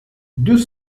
deux